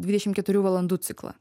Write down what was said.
dvidešim keturių valandų ciklą